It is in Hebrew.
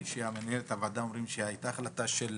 מנהלת הוועדה אומרת שהייתה החלטה של